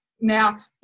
now